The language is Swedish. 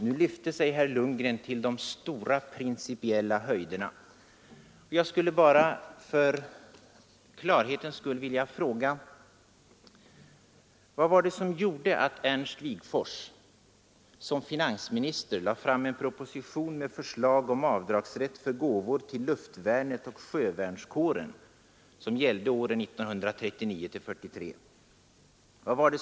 Nu lyfte sig herr Lundgren till de stora principiella höjderna. Jag skulle bara för klarhetens skull också vilja fråga: Vad gjorde att herr Ernst Wigforss såsom finansminister lade fram en proposition med förslag om avdragsrätt för gåvor till luftvärnet och sjövärnskåren? Det gällde åren 1939-1943.